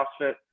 CrossFit